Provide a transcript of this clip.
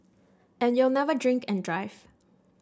and you'll never drink and drive